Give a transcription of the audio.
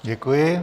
Děkuji.